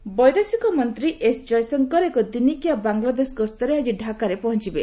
Jaishankar visit ବୈଦେଶିକ ମନ୍ତ୍ରୀ S Jaishankar ଏକ ଦିନିକିଆ ବାଂଲାଦେଶ ଗସ୍ତରେ ଆକି ଢାକାରେ ପହଞ୍ଚୁବେ